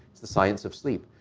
it's the science of sleep.